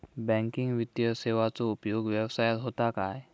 Banking वित्तीय सेवाचो उपयोग व्यवसायात होता काय?